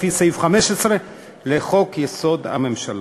לפי סעיף 15 לחוק-יסוד: הממשלה,